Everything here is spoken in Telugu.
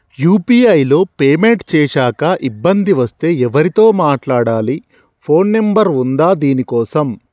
యూ.పీ.ఐ లో పేమెంట్ చేశాక ఇబ్బంది వస్తే ఎవరితో మాట్లాడాలి? ఫోన్ నంబర్ ఉందా దీనికోసం?